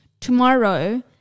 tomorrow